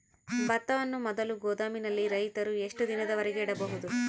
ಭತ್ತವನ್ನು ಮೊದಲು ಗೋದಾಮಿನಲ್ಲಿ ರೈತರು ಎಷ್ಟು ದಿನದವರೆಗೆ ಇಡಬಹುದು?